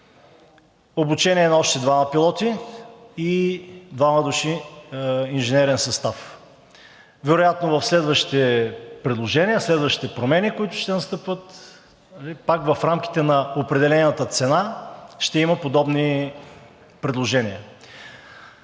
обучение на още двама пилоти и двама души инженерен състав. Вероятно в следващите предложения, следващите промени, които ще настъпват, пак в рамките на определената цена ще има подобни предложения.